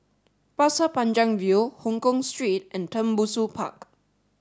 Pasir Panjang View Hongkong Street and Tembusu Park